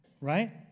right